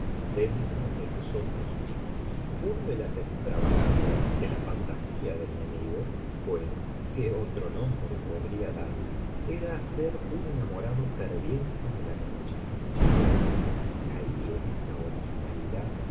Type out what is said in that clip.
dentro de nosotros mismos una de las extravagancias de la fantasía de mi amigo pues qué otro nombre podría darle era ser un enamorado ferviente de la noche y pronto caí en esta originalidad